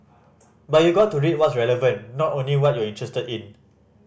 but you got to read what's relevant not only what you're interested in